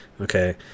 okay